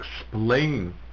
explain